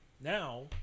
now